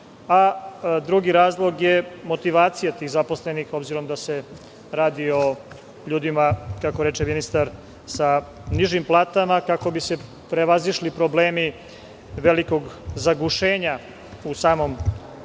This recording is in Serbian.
a drugi razlog je motivacija tih zaposlenih, obzirom da se radi o ljudima, kako reče ministar, sa nižim platama, kako bi se prevazišli problemi velikog zagušenja u samom